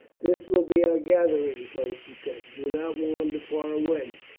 this will be our gathering place, he said. do not wander far away,